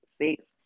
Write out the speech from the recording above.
six